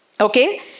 Okay